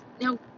Now